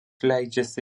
leidžiasi